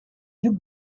duc